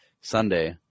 Sunday